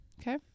Okay